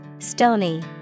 Stony